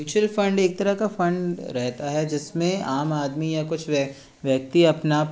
mutual fund एक तरह का फंड रहता है जिसमें आम आदमी या कुछ व्यक्ति अपना